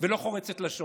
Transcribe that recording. ולא חורצת לשון.